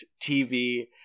TV